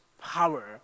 power